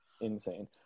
insane